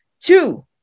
two